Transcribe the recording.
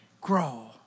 grow